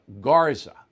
Garza